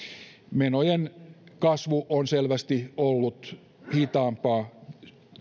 menojen kasvu on selvästi ollut hitaampaa